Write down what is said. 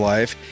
Life